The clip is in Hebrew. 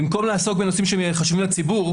במקום לעסוק בנושאים שהם חשובים לציבור,